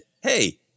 Hey